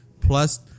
plus